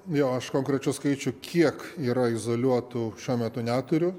jo aš konkrečių skaičių kiek yra izoliuotų šiuo metu neturiu